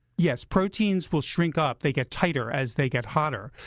yes, proteins will shrink up. they get tighter as they get hotter.